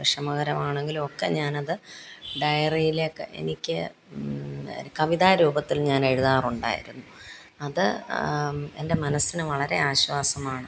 വിഷമകരമാണെങ്കിലും ഒക്കെ ഞാൻ അത് ഡയറിയിലേക്ക് എനിക്ക് കവിത രൂപത്തിൽ ഞാൻ എഴുതാറുണ്ടായിരുന്നു അത് എൻ്റെ മനസ്സിന് വളരെ ആശ്വാസമാണ്